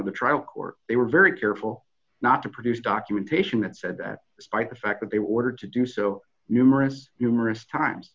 of the trial court they were very careful not to produce documentation that said that despite the fact that they were ordered to do so numerous numerous times